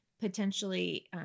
Potentially